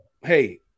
hey